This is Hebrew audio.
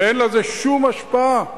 ואין לזה שום השפעה?